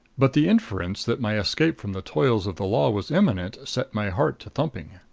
but the inference that my escape from the toils of the law was imminent set my heart to thumping.